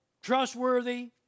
trustworthy